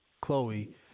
Chloe